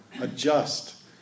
adjust